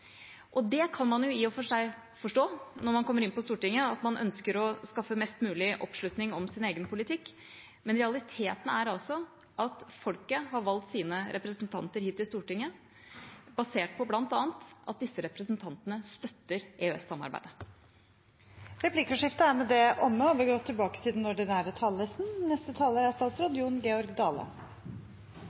kan jo i og for seg forstå at man når man kommer inn på Stortinget, ønsker å skaffe mest mulig oppslutning om sin egen politikk, men realiteten er altså at folket har valgt sine representanter hit til Stortinget basert på bl.a. at disse representantene støtter EØS-samarbeidet. Replikkordskiftet er dermed omme. I lys av den debatten vi har sett så langt, er det no grunn til å minne om at Noreg framleis er